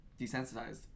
desensitized